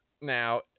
now